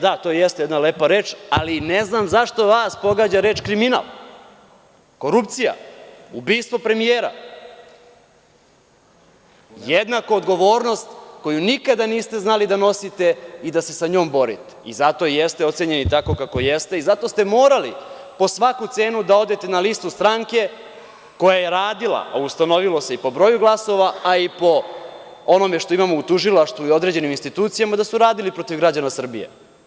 Da, to jeste jedna lepa reč, ali ne znam zašto vas pogađaju reči kriminal, korupcija, ubistvo premijera, jednaku odgovornost koju nikada niste znali da nosite i da se sa njom borite i zato i jeste ocenjeni tako kao jeste i zato ste morali po svaku cenu da odete na listu stranke koja je radila, a ustanovilo se i po broju glasova, a i po onome što imao u tužilaštvu i određenim institucijama da su radili protiv građana Srbije.